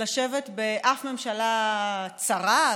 לשבת באף ממשלה צרה,